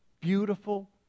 beautiful